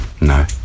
No